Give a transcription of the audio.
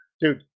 Dude